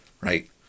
Right